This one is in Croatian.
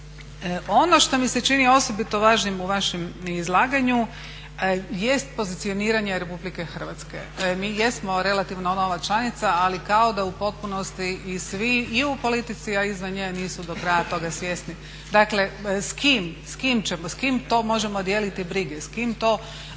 Ono što mi se čini osobito važnim u vašem izlaganju jest pozicioniranje RH. Mi jesmo relativno nova članica ali kao da u potpunosti i svi i u politici, a i izvan nje, nisu do kraja toga svjesni. Dakle, s kim? S kim ćemo, s kim to možemo dijeliti brige? S kim to